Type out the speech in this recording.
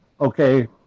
okay